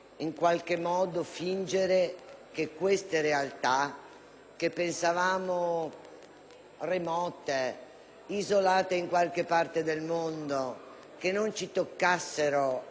remote, isolate in qualche parte del mondo e che non ci toccassero minimamente, non siano presenti anche nel nostro territorio,